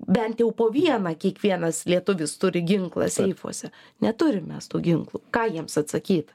bent jau po vieną kiekvienas lietuvis turi ginklą seifuose neturim mes tų ginklų ką jiems atsakyt